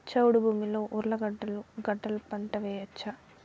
చౌడు భూమిలో ఉర్లగడ్డలు గడ్డలు పంట వేయచ్చా?